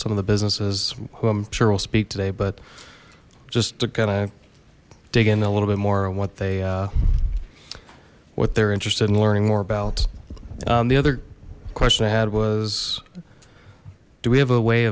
some of the businesses who i'm sure will speak today but just kind of dig in a little bit more on what they what they're interested in learning more about the other question i had was do we have a way